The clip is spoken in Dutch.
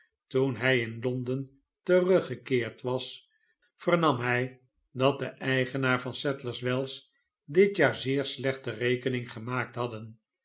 toen hij in l on den teruggekeerd was vernam hij dat de eigenaren van sadlers wells dit jaar zeer slechte rekening gemaakt hadden